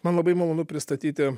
man labai malonu pristatyti